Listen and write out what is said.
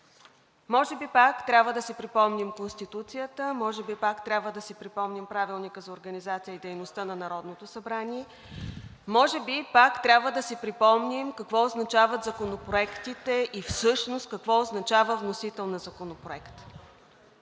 може би пак трябва да си припомним Конституцията, може би пак трябва да си припомним Правилника за организацията и дейността на Народното събрание, може би пак трябва да си припомним какво означават законопроектите и всъщност какво означава вносител на законопроект.